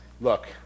look